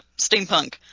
steampunk